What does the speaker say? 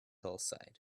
hillside